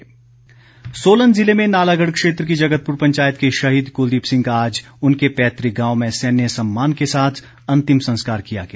शहीद सोलन जिले में नालागढ़ क्षेत्र की जगतपुर पंचायत के शहीद कुलदीप सिंह का आज उनके पैतृक गांव में सैन्य सम्मान के साथ अंतिम संस्कार किया गया